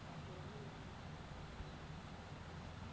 সরকারি বীমা সংস্থার সাথে যগাযগ করে বীমা ঠিক ক্যরে লাও